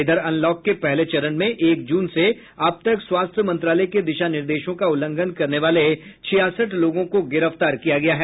इधर अनलॉक के पहले चरण में एक जून से अब तक स्वास्थ्य मंत्रालय के दिशा निर्देशों का उल्लंघन करने वाले छियासठ लोगों को गिरफ्तार किया गया है